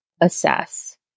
assess